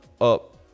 up